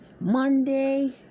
Monday